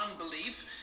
unbelief